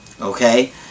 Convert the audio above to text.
Okay